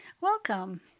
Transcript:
Welcome